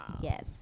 Yes